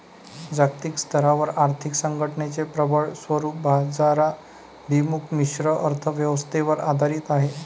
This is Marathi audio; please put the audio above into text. जागतिक स्तरावर आर्थिक संघटनेचे प्रबळ स्वरूप बाजाराभिमुख मिश्र अर्थ व्यवस्थेवर आधारित आहे